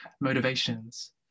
motivations